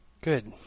Good